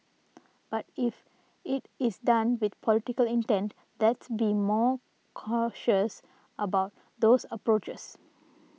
but if it is done with political intent let's be more cautious about those approaches